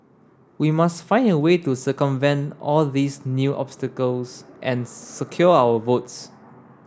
we must find a way to circumvent all these new obstacles and secure our votes